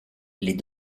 les